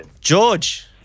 George